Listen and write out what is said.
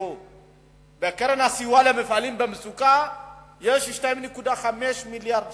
בקרן הסיוע למפעלים במצוקה יש 2.5 מיליארדי שקל.